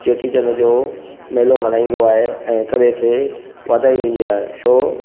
चेटी चंड जो मेलो मल्हाईंदो आहे ऐं हिकु ॿिए खे वाधायूं ॾींदी आहे छो